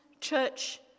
church